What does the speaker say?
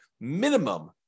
minimum